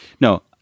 No